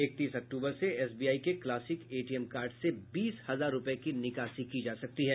इकतीस अक्टूबर से एसबीआई के क्लासिक एटीएम कार्ड से बीस हजार रूपये की निकासी की जा सकती है